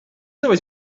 always